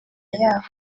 y’aho